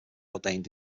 ordained